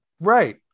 right